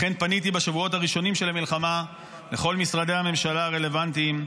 לכן פניתי בשבועות הראשונים של המלחמה לכל משרדי הממשלה הרלוונטיים,